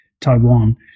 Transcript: Taiwan